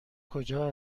کجا